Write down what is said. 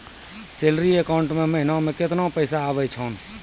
Salary account मे महिना मे केतना पैसा आवै छौन?